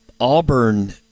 Auburn